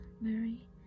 mary